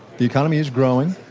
the economy is growing.